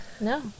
No